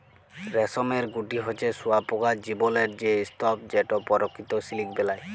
রেশমের গুটি হছে শুঁয়াপকার জীবলের সে স্তুপ যেট পরকিত সিলিক বেলায়